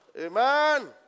Amen